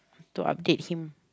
to update him